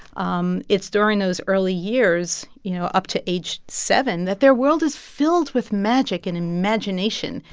um it's during those early years, you know, up to age seven that their world is filled with magic and imagination.